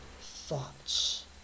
thoughts